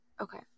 Okay